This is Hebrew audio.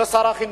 זה שר החינוך.